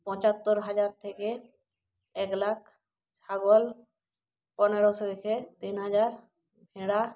পঁচাত্তর হাজার থেকে একলাখ ছাগল পনেরোশো থেকে তিন হাজার ভেড়া